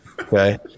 Okay